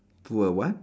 to a what